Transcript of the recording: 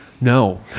No